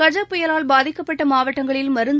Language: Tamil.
கஜ புயலால் பாதிக்கப்பட்ட மாவட்டங்களில் மருந்து